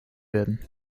werden